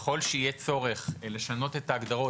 ככל שיהיה צורך לשנות את ההגדרות,